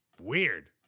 Weird